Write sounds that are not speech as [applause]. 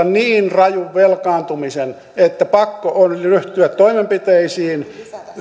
[unintelligible] niin rajun velkaantumisen että pakko oli ryhtyä toimenpiteisiin